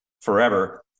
forever